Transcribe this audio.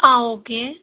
ஆ okay